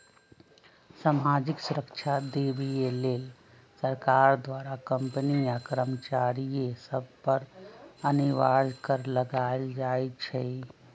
सामाजिक सुरक्षा देबऐ लेल सरकार द्वारा कंपनी आ कर्मचारिय सभ पर अनिवार्ज कर लगायल जाइ छइ